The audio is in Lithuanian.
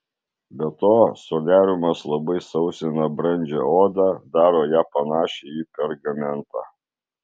be to soliariumas labai sausina brandžią odą daro ją panašią į pergamentą